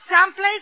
someplace